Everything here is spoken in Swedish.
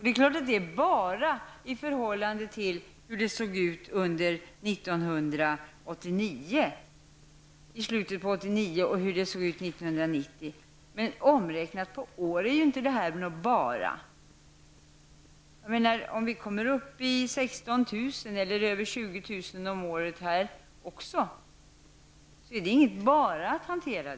Det är klart att det är ''bara'' i förhållande till hur det såg ut i slutet på 1989 och 1990, men omräknat på årsbasis blir det inte några små siffror. Om vi kommer upp i 16 000 eller över 20 000 om året, är det ingen lätt uppgift att hantera.